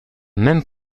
même